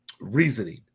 reasoning